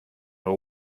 were